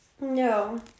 no